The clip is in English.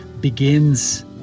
begins